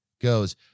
goes